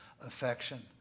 affection